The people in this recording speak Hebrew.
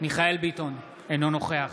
מיכאל מרדכי ביטון, אינו נוכח